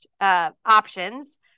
options